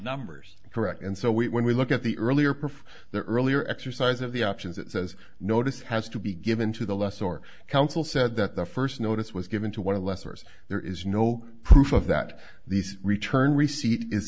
numbers correct and so we when we look at the earlier prefer the earlier exercise of the options it says notice has to be given to the lesser council said that the first notice was given to one of the lessers there is no proof of that these return receipt is